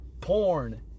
porn